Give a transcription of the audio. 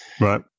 Right